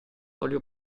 olio